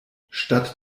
statt